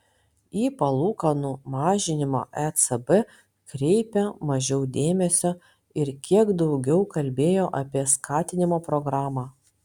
į palūkanų mažinimą ecb kreipė mažiau dėmesio ir kiek daugiau kalbėjo apie skatinimo programą